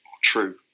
true